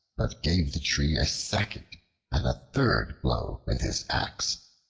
but gave the tree a second and a third blow with his axe.